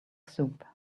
soup